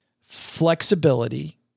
flexibility